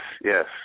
yes